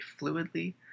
fluidly